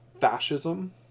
fascism